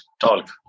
talk